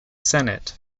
senate